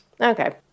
Okay